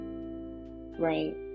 right